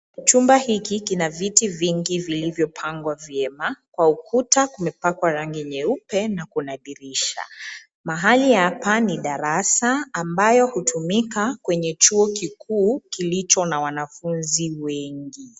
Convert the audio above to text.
Chumba hiki kina viti vingi vilivyopangwa vyema. Kwa ukuta kumepakwa rangi nyeupe na kuna dirisha. Mahali hapa ni darasa ambayo hutumika kwenye chuo kikuu kilicho na wanafunzi wengi.